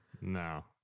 No